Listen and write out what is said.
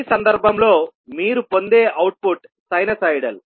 ఈ సందర్భంలో మీరు పొందే అవుట్పుట్ సైనూసోయిడల్